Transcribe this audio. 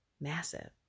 massive